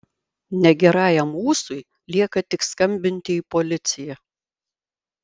negerajam ūsui lieka tik skambinti į policiją